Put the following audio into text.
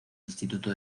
instituto